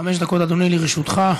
חמש דקות, אדוני, לרשותך.